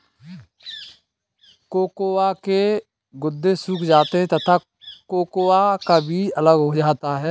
cocoa के गुदे सूख जाते हैं तथा कोकोआ का बीज अलग हो जाता है